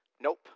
Nope